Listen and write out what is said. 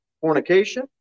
Fornication